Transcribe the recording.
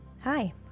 Hi